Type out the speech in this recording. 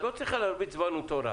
את לא צריכה להביא דבר מהתורה.